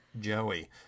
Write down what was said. Joey